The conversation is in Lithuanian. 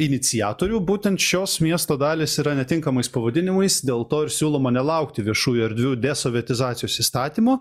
iniciatorių būtent šios miesto dalys yra netinkamais pavadinimais dėl to ir siūloma nelaukti viešųjų erdvių desovietizacijos įstatymo